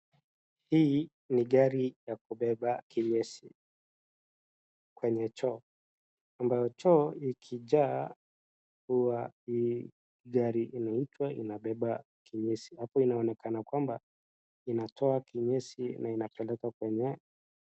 Hii ni gari ya kubeba kinyesi kwenye choo .Ambayo choo ikijaa huwa hii gari inaitwa inabeba kinyesi. Hapo inaonekana kwamba inatoa kinyesi na inapelekwa kwenye.